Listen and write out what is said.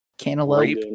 Cantaloupe